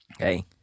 Okay